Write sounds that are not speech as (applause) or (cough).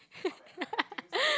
(laughs)